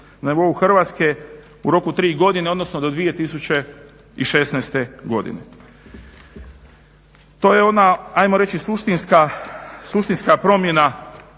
na nivou Hrvatske u roku tri godine do 2016.godine. To je ona suštinska promjena